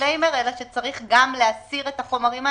הדיסקליימר אלא שצריך גם להסיר את החומרים האלה.